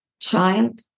child